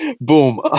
boom